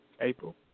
April